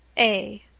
a.